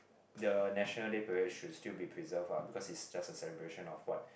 the National Day Parade should still be preserved ah because it's just a celebration of what